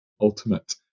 Ultimate